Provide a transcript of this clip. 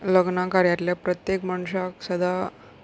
लग्ना कार्यातल्या प्रत्येक मनशाक सदां